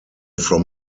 from